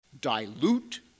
dilute